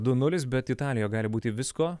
du nulis bet italijoje gali būti visko